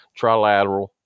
trilateral